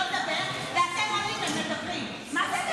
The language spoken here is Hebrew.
לא יעזור לך, היא תוציא אותך --- נראה אותך.